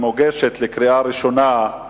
המוגשת לקריאה ראשונה,